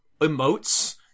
emotes